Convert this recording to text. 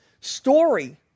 story